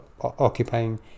occupying